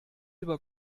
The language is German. über